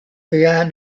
began